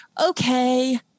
okay